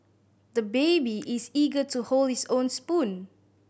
the baby is eager to hold his own spoon